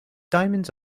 diamonds